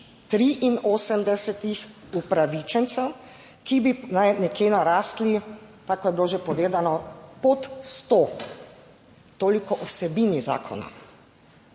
83 upravičencev, ki bi naj nekje narasli, tako kot je bilo že povedano, pod sto. Toliko o vsebini zakona.